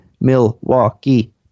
Milwaukee